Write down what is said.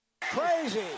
Crazy